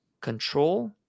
control